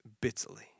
bitterly